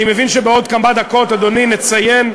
אני מבין שבעוד כמה דקות, אדוני, נציין,